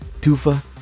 tufa